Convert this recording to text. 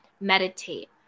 meditate